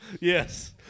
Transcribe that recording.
Yes